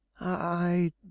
I